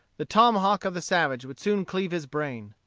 the tomahawk of the savage would soon cleave his brain.